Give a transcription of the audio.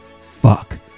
Fuck